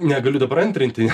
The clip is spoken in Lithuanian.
negaliu dabar antrinti